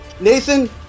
Nathan